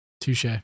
Touche